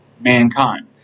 mankind